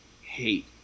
hate